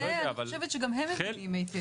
זה אני חושבת שגם הם מבינים היטב.